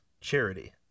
charity